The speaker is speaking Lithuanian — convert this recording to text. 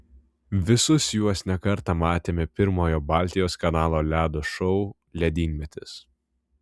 visus juos ne kartą matėme pirmojo baltijos kanalo ledo šou ledynmetis